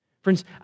Friends